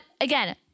again